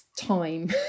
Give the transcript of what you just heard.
time